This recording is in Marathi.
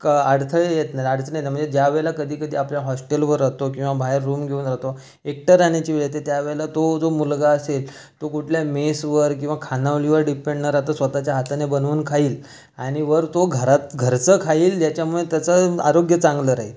का अडथळे येत नाहीत अडचणी येत नाही म्हणजे ज्यावेळेला कधीकधी आपल्या हॉष्टेलवर राहतो किंवा बाहेर रूम घेऊन राहतो एकटं राहण्याची वेळ येते त्यावेळेला तो जो मुलगा असेल तो कुठल्या मेसवर किंवा खानावळीवर डिपेंड न राहता स्वत च्या हाताने बनवून खाईल आणि वर तो घरात घरचं खाईल ज्याच्यामुळे त्याचं आरोग्य चांगलं राहील